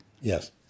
Yes